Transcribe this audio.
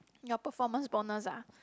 your performance bonus ah